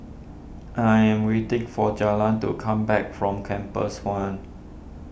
I am waiting for Jaylynn to come back from Compass one